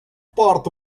part